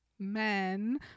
men